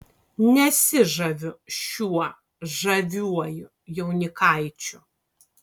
nesižaviu šiuo žaviuoju jaunikaičiu